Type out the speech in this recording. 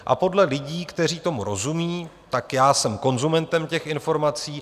A podle lidí, kteří tomu rozumí, tak já jsem konzumentem těch informací.